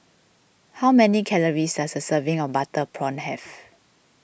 how many calories does a serving of Butter Prawn have